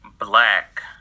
Black